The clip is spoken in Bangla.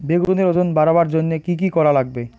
বেগুনের ওজন বাড়াবার জইন্যে কি কি করা লাগবে?